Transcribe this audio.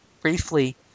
briefly